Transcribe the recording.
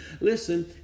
listen